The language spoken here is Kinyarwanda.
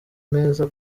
neza